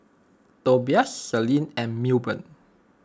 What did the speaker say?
Tobias Selene and Milburn